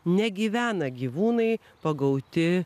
negyvena gyvūnai pagauti